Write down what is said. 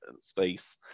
space